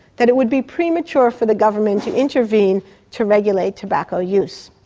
that it would be premature for the government to intervene to regulate tobacco use.